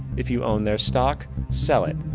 if you own their stock, sell it.